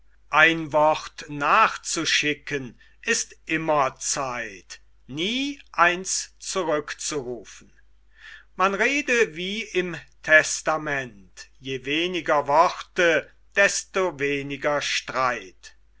ein wort nachzuschicken ist immer zeit nie eins zurückzurufen man rede wie im testament je weniger worte desto weniger streit